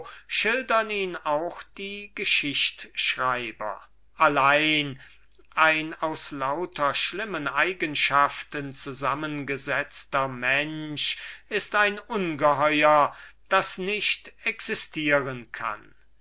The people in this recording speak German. schildern ihn auch die geschichtschreiber allein ein mensch der aus lauter schlimmen eigenschaften zusammengesetzt wäre ist ein ungeheuer das nicht existieren kann